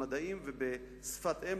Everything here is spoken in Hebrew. במדעים ובשפת אם,